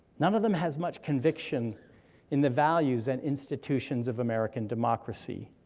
none of them has much conviction in the values and institutions of american democracy.